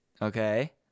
Okay